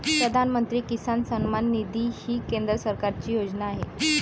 प्रधानमंत्री किसान सन्मान निधी ही केंद्र सरकारची योजना आहे